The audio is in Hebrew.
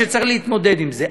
וצריך להתמודד עם זה.